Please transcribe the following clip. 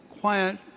quiet